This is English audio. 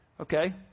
okay